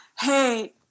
Hey